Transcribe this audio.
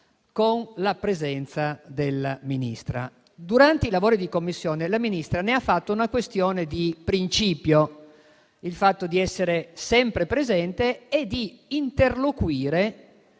Durante i lavori di Commissione la Ministra ha reso una questione di principio il fatto di essere sempre presente e di interloquire